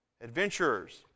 Adventurers